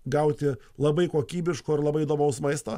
gauti labai kokybiško ir labai įdomaus maisto